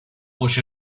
push